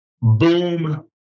boom